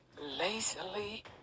lazily